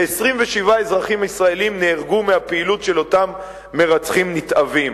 ו-27 אזרחים ישראלים נהרגו מאותה פעילות של אותם מרצחים נתעבים.